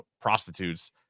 prostitutes